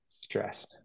stress